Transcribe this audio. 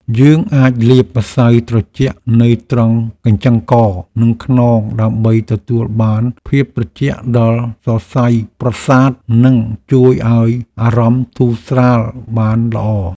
យើងអាចលាបម្សៅត្រជាក់នៅត្រង់កញ្ចឹងកនិងខ្នងដើម្បីទទួលបានភាពត្រជាក់ដល់សរសៃប្រសាទនិងជួយឱ្យអារម្មណ៍ធូរស្រាលបានល្អ។